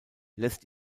lässt